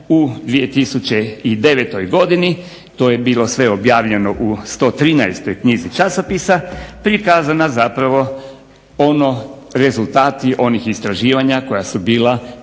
u 2009. godini to je bilo sve objavljeno u 113. knjizi časopisa prikazano rezultati onih istraživanja koja su bila